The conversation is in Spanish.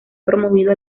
promovido